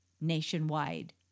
nationwide